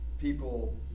people